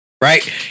Right